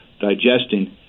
digesting